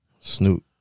Snoop